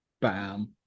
Bam